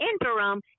interim